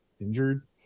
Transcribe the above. injured